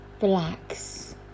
relax